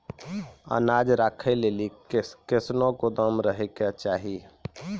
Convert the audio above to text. अनाज राखै लेली कैसनौ गोदाम रहै के चाही?